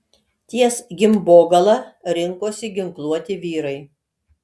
ties gimbogala rinkosi ginkluoti vyrai